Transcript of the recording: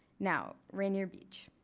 now rainier beach.